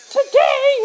Today